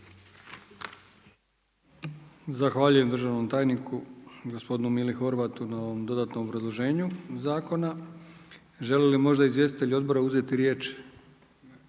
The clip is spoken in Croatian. Zahvaljujem se državnom tajniku, gospodinu Željku Kraljičku, na ovome obrazloženju. Želi li možda izvjestitelj odbora uzeti riječ?